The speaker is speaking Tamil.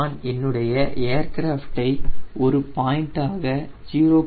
நான் என்னுடைய ஏர்கிராஃப்டை ஒரு பாயிண்ட் ஆக 0